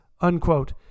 unquote